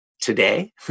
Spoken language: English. today